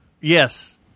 Yes